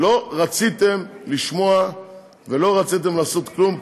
לא רציתם לשמוע ולא רציתם לעשות כלום,